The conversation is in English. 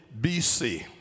BC